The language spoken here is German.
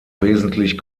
wesentlich